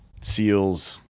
SEALs